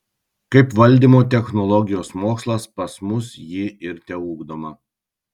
kaip valdymo technologijos mokslas pas mus ji ir teugdoma